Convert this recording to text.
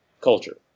culture